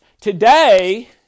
Today